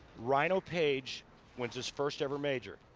rhino page wins his first-ever major.